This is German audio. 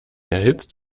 erhitzt